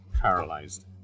paralyzed